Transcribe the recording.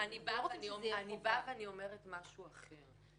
אני אומרת משהו אחר.